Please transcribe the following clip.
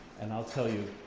and i'll tell you,